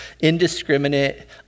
indiscriminate